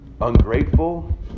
Ungrateful